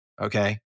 Okay